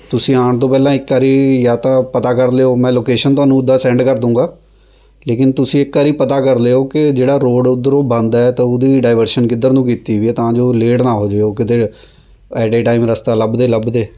ਤੁਸੀਂ ਆਉਣ ਤੋਂ ਪਹਿਲਾਂ ਇੱਕ ਵਾਰੀ ਯਾ ਤਾਂ ਪਤਾ ਕਰ ਲਿਓ ਮੈਂ ਲੋਕੇਸ਼ਨ ਤੁਹਾਨੂੰ ਉੱਦਾਂ ਸੈਂਡ ਕਰਦੂਂਗਾ ਲੇਕਿਨ ਤੁਸੀਂ ਇੱਕ ਵਾਰੀ ਪਤਾ ਕਰ ਲਿਓ ਕਿ ਜਿਹੜਾ ਰੋਡ ਉੱਧਰੋਂ ਬੰਦ ਹੈ ਤਾਂ ਉਹਦੀ ਡਾਇਵਰਸ਼ਨ ਕਿੱਧਰ ਨੂੰ ਕੀਤੀ ਵੀ ਹੈ ਤਾਂ ਜੋ ਲੇਟ ਨਾ ਹੋ ਜਾਇਓ ਕਿਤੇ ਐਟ ਏ ਟਾਈਮ ਰਸਤਾ ਲੱਭਦੇ ਲੱਭਦੇ